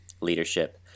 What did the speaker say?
leadership